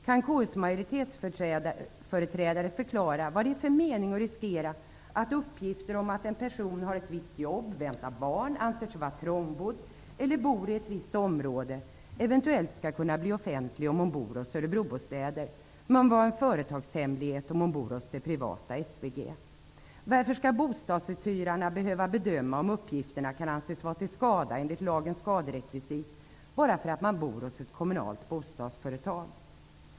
Kan någon av KU:s majoritetsföreträdare förklara vad det är för mening att riskera att uppgifter om att en person har ett visst jobb, väntar barn, anser sig vara trångbodd eller bor i ett visst område eventuellt skall kunna bli offentliga om hon bor hos Örebrobostäder men vara en företagshemlighet om hon bor hos det privata SWG? varför skall bostadsuthyrarna behöva bedöma om uppgifterna kan anses vara till skada enligt lagens skaderekvisit bara därför att man bor hos ett kommunalt bostadsföretag.